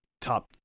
top